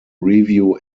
review